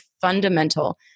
fundamental